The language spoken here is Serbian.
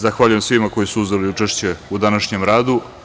Zahvaljujem svima koji su uzeli učešće u današnjem radu.